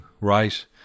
Right